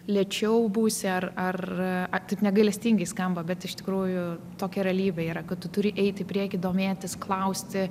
lėčiau būsi ar ar negailestingai skamba bet iš tikrųjų tokia realybė yra kad tu turi eiti į priekį domėtis klausti